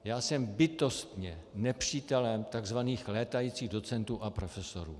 Já jsem bytostně nepřítelem takzvaných létajících docentů a profesorů.